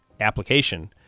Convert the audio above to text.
application